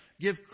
give